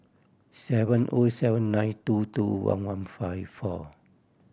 seven O seven nine two two one one five four